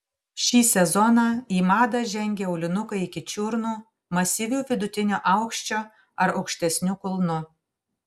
šį sezoną į madą žengė aulinukai iki čiurnų masyviu vidutinio aukščio ar aukštesniu kulnu